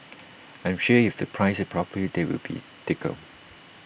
I'm sure if they price IT properly there will be takers